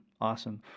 Awesome